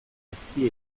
ezti